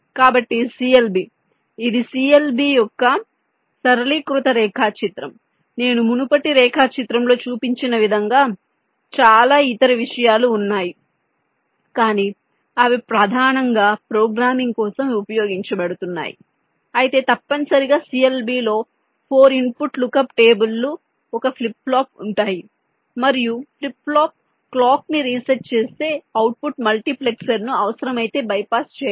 కాబట్టి CLB ఇది CLB యొక్క సరళీకృత రేఖాచిత్రం నేను మునుపటి రేఖాచిత్రంలో చూపించిన విధంగా చాలా ఇతర విషయాలు ఉన్నాయి కానీ అవి ప్రధానంగా ప్రోగ్రామింగ్ కోసం ఉపయోగించబడుతున్నాయి అయితే తప్పనిసరిగా CLB లో 4 ఇన్పుట్ లుక్అప్ టేబుల్ లు ఒక ఫ్లిప్ ఫ్లాప్ ఉంటాయి మరియు ఫ్లిప్ ఫ్లాప్ క్లాక్ ని రీసెట్ చేస్తే అవుట్పుట్ మల్టీప్లెక్సర్లును అవసరమైతే బైపాస్ చేయండి